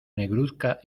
negruzca